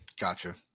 gotcha